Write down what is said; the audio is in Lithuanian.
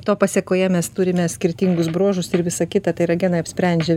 to pasekoje mes turime skirtingus bruožus ir visa kita tai yra genai apsprendžia